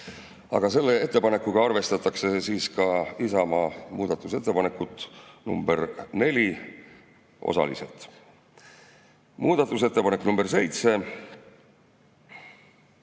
Aga selle ettepanekuga arvestatakse osaliselt ka Isamaa muudatusettepanekut nr 4. Muudatusettepanek nr 7: